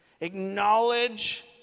acknowledge